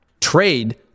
Trade